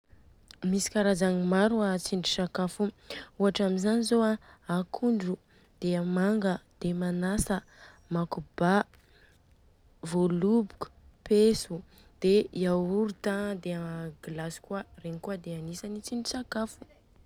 Misy karazagny maro a tsindrin-tsakafo io. Ohatra amizany zô a akondro, de a manga, de a manasa, makoba, vôloboka, peso, de yaourt an de glace kôa. Io an de agnisany tsindrin-tsakafo.